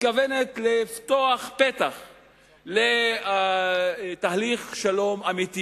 מתכוונת לפתוח פתח לתהליך שלום אמיתי